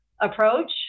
approach